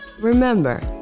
Remember